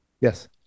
yes